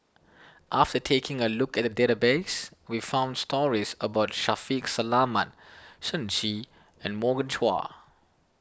after taking a look at the database we found stories about Shaffiq Selamat Shen Xi and Morgan Chua